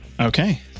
Okay